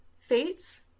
Fates